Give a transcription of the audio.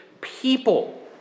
people